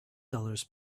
dollars